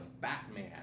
Batman